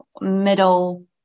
middle